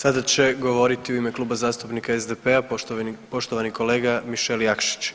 Sada će govoriti u ime Kluba zastupnika SDP-a poštovani kolega Mišel Jakšić.